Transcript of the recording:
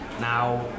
Now